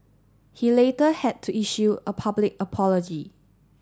he later had to issue a public apology